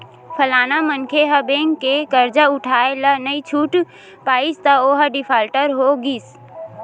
फलाना मनखे ह बेंक के करजा उठाय ल नइ छूट पाइस त ओहा डिफाल्टर हो गिस